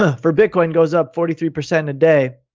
ah for bitcoin goes up forty three percent a day.